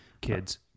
Kids